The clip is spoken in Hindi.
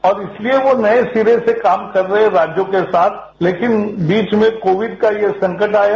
अब इसलिए वो नये सिरे से काम कर रहे राज्यों के साथ लेकिन बीच में कोविड ये संकटआया